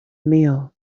meal